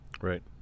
right